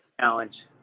challenge